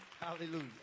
Hallelujah